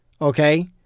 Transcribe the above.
okay